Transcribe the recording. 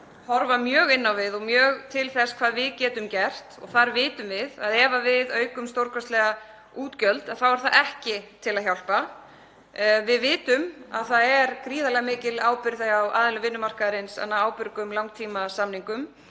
horfa mjög inn á við og mjög til þess hvað við getum gert. Þar vitum við að ef við aukum stórkostlega útgjöld þá er það ekki til að hjálpa. Við vitum að það er gríðarlega mikil ábyrgð hjá aðilum vinnumarkaðarins að ná ábyrgum langtímasamningum.